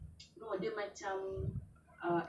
but I thought voodoo is that more like turkish thing